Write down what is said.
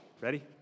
Ready